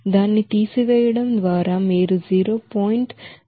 దానిని తీసివేయడం ద్వారా మీరు ఆ 0